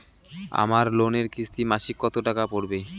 আমার লোনের কিস্তি মাসিক কত টাকা পড়বে?